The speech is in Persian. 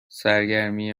سرگرمی